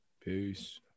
Peace